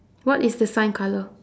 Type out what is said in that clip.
what is the sign colour